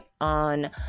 on